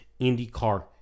IndyCar